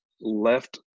left